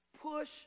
push